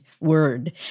word